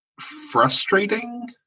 frustrating